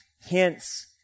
hence